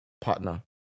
partner